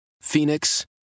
Phoenix